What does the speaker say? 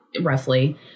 roughly